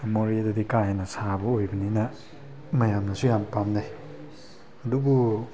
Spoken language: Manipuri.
ꯃꯣꯔꯦꯗꯗꯤ ꯀꯥꯍꯦꯟꯅ ꯁꯥꯕ ꯑꯣꯏꯕꯅꯤꯅ ꯃꯌꯥꯝꯅꯁꯨ ꯌꯥꯝ ꯄꯥꯝꯅꯩ ꯑꯗꯨꯕꯨ